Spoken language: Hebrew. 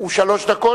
הוא שלוש דקות.